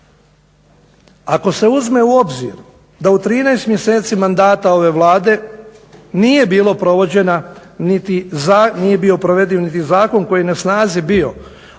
Ako se uzme u obzir da u 13 mjeseci ove Vlade nije bio provediv niti zakon koji je na snazi bio,